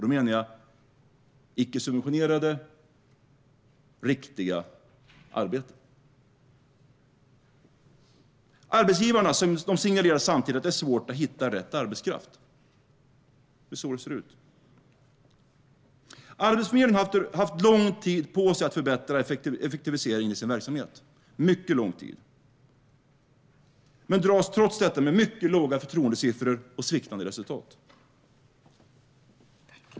Då menar jag icke-subventionerade, riktiga arbeten. Arbetsgivarna signalerar samtidigt att det är svårt att hitta rätt arbetskraft. Det är så det ser ut. Arbetsförmedlingen har haft mycket lång tid på sig att effektivisera sin verksamhet, men dras trots detta med mycket låga förtroendesiffror och sviktande resultat.